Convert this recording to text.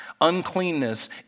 uncleanness